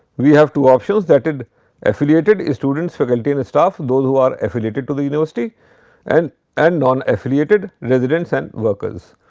we have two options that it affiliated students faculty and staff those who are affiliated to the university and and non affiliated residents and workers.